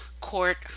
court